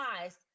eyes